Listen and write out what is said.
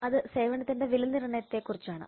അത് സേവനത്തിന്റെ വില നിർണ്ണയത്തെ കുറിച്ചാണ്